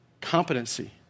competency